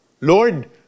Lord